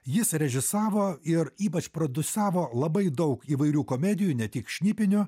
jis režisavo ir ypač prodiusavo labai daug įvairių komedijų ne tik šnipinių